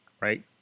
right